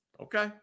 Okay